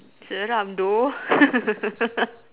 seram though